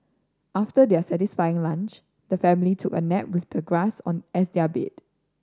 after their satisfying lunch the family took a nap with the grass as their bed